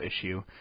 issue